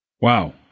Wow